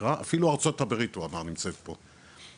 הרצפה אפילו ארצות הברית הוא אמר נמצאת פה,